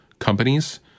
companies